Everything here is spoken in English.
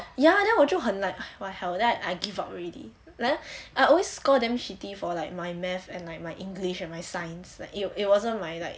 ya then 我就很 like what the hell then I give up already then I always score damn shitty for like my math and like my english and my science it wasn't my like